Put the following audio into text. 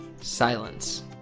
silence